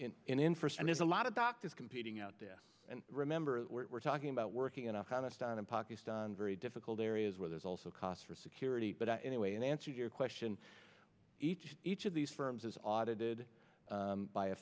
first and there's a lot of doctors competing out there and remember we're talking about working in afghanistan and pakistan very difficult areas where there's also cost for security but anyway in answer your question each each of these firms is audited by a